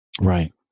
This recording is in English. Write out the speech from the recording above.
Right